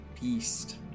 beast